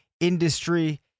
industry